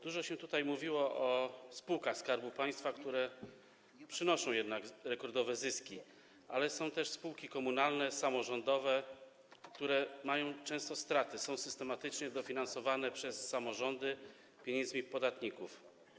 Dużo się tutaj mówiło o spółkach Skarbu Państwa, które przynoszą rekordowe zyski, ale są też spółki komunalne, samorządowe, które często mają straty, są systematycznie dofinansowywane przez samorządy z pieniędzy podatników.